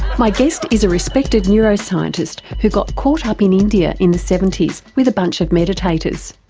my guest is a respected neuroscientist who got caught up in india in the seventy s with a bunch of meditators.